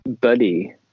buddy